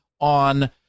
on